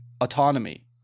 autonomy